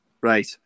Right